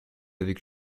avec